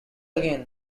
again